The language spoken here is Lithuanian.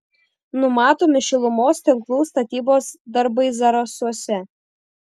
numatomi šilumos tinklų statybos darbai zarasuose